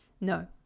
No